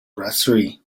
brasserie